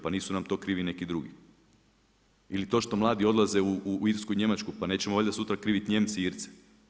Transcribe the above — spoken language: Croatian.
Pa nisu nam to krivi neki drugi ili to što mladi odlaze u Irsku i Njemačku, pa nećemo valjda sutra kriviti Nijemce i Irce.